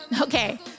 Okay